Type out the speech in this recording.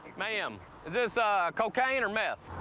ma'am, is this cocaine or meth?